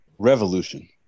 Revolution